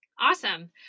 Awesome